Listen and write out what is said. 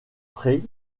près